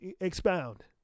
expound